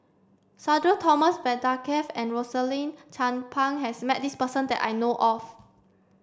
Sudhir Thomas Vadaketh and Rosaline Chan Pang has met this person that I know of